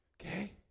okay